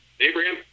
Abraham